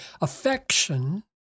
affection